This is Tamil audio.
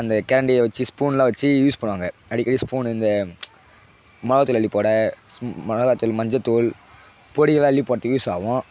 அந்த கேண்டியை வச்சு ஸ்பூன்லாம் வச்சி யூஸ் பண்ணுவாங்க அடிக்கடி ஸ்பூனு இந்த மிளகா தூள் அள்ளி போட ஸ்பூ மிளகா தூள் மஞ்சத்தூள் பொடியெல்லாம் அள்ளி போடுறதுக்கு யூஸ் ஆகும்